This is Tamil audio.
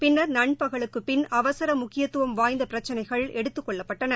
பின்னா் நண்பகலுக்கு பின் அவசர முக்கியத்துவம் வாய்ந்த பிரச்சனைகள் எடுத்துக் கொள்ளப்பட்டன